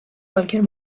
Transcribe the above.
cualquier